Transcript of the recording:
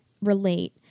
relate